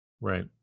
right